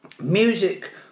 music